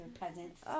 peasants